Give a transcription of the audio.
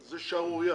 זו שערורייה,